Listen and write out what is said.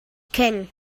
king